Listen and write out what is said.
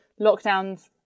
lockdowns